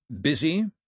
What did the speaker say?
busy